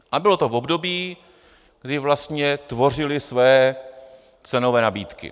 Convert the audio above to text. A bylo to v období, kdy vlastně tvořili své cenové nabídky.